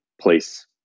place